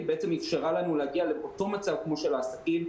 אפשרה לנו להגיע לאותו מצב כמו של העסקים,